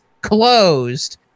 closed